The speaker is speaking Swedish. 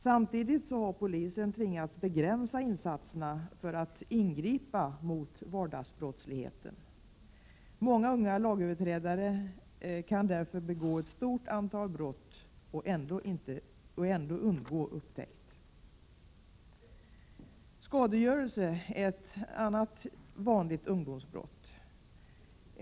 Samtidigt har polisen tvingats begränsa insatserna för att ingripa mot vardagsbrottsligheten. Många unga lagöverträdare kan därför begå ett stort antal brott och ändå undgå upptäckt. Skadegörelse är, som jag redan nämnt, ett annat vanligt ungdomsbrott.